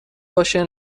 باشه